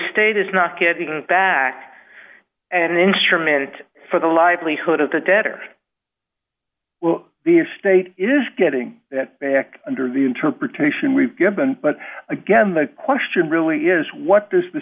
estate is not getting back an instrument for the livelihood of the debtor well the state is getting that back under the interpretation we've given but again the question really is what does the